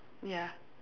ya